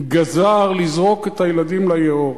גזר לזרוק את הילדים ליאור.